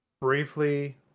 briefly